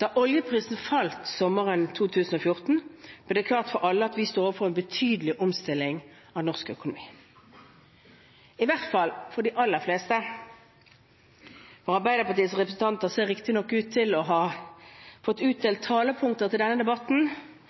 Da oljeprisen falt sommeren 2014, ble det klart for alle at vi sto overfor en betydelig omstilling av norsk økonomi – i hvert fall for de aller fleste. Arbeiderpartiets representanter ser riktignok ut til å ha fått utdelt talepunkter til denne debatten